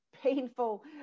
painful